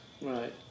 Right